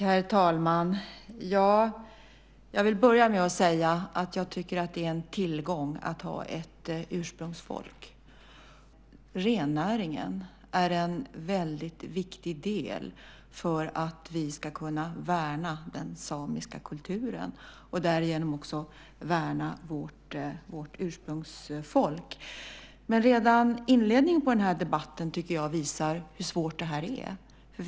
Herr talman! Jag vill börja med att säga att jag tycker att det är en tillgång att ha ett ursprungsfolk. Jag håller med Liselott Hagberg om att rennäringen är en väldigt viktig del för att vi ska kunna värna den samiska kulturen och därigenom också värna vårt ursprungsfolk. Men redan inledning på den här debatten visar hur svårt det här är.